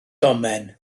domen